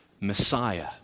Messiah